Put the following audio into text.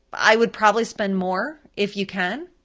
i would probably spend more if you can.